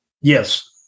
Yes